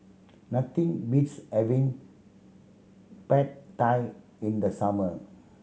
nothing beats having Pad Thai in the summer